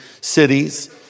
cities